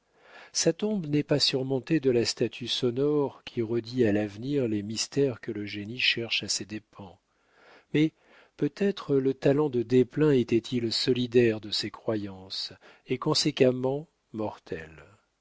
sa tombe n'est pas surmontée de la statue sonore qui redit à l'avenir les mystères que le génie cherche à ses dépens mais peut-être le talent de desplein était-il solidaire de ses croyances et conséquemment mortel